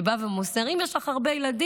שבא ומוסר: אם יש לך הרבה ילדים,